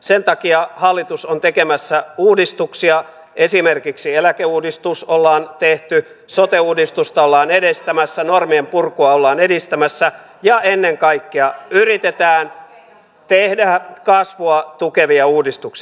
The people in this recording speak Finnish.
sen takia hallitus on tekemässä uudistuksia esimerkiksi eläkeuudistus ollaan tehty sote uudistusta ollaan edistämässä normien purkua ollaan edistämässä ja ennen kaikkea yritetään tehdä kasvua tukevia uudistuksia